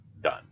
done